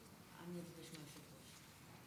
אני מבקש לעמוד בזמן.